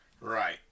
Right